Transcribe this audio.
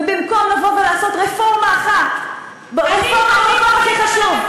ובמקום לבוא ולעשות רפורמה אחת במקום הכי חשוב,